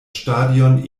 stadion